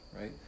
right